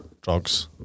Drugs